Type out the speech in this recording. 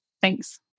Thanks